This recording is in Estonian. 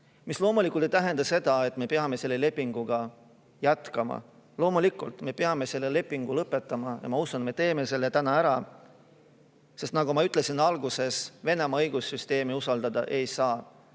See loomulikult ei tähenda seda, et me peame selle lepinguga jätkama. Loomulikult, me peame selle lepingu lõpetama. Ja ma usun, et me teeme selle ära, sest nagu ma alguses ütlesin, Venemaa õigussüsteemi usaldada ei saa.